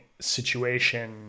situation